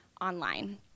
online